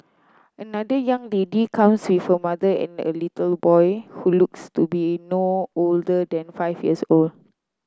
another young lady comes with her mother and a little boy who looks to be no older than five years old